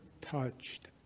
touched